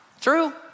True